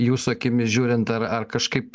jūsų akimis žiūrint ar ar kažkaip